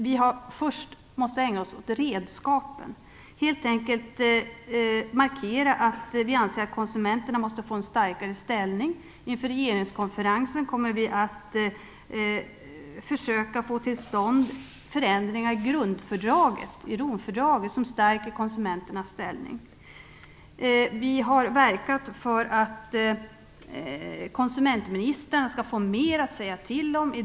Vi har först måst ägna oss åt redskapen, helt enkelt åt att markera att vi anser att konsumenterna måste få en starkare ställning. Inför regeringskonferensen kommer vi att försöka få till stånd förändringar i Romfördraget, det grundläggande fördraget, vilka stärker konsumenternas ställning. Vi har verkat för att konsumentministrarna skall få mer att säga till om.